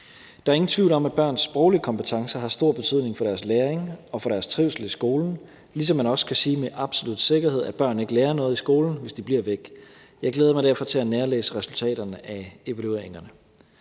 Der er ingen tvivl om, at børns sproglige kompetencer har stor betydning for deres læring og for deres trivsel i skolen, ligesom man også kan sige med absolut sikkerhed, at børn ikke lærer noget i skolen, hvis de bliver væk. Jeg glæder mig derfor til at nærlæse resultaterne af evalueringen.